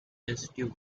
institute